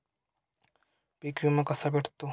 पीक विमा कसा भेटतो?